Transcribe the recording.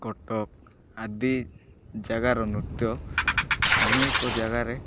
କଟକ ଆଦି ଜାଗାର ନୃତ୍ୟ ଅନେକ ଜାଗାରେ